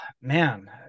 man